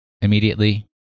immediately